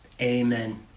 Amen